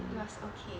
it was okay